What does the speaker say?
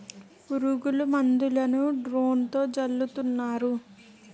పురుగుల మందులను డ్రోన్లతో జల్లుతున్నారు